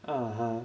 (uh huh)